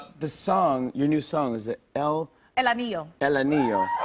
the song, your new song, is it el el anillo. el anillo.